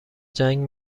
جنگ